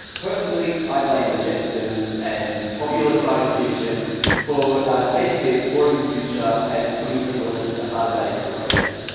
personally, i blame the jetsons and popular science fiction for basically exploring the future and putting technology at the heart of that exploration.